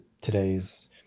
today's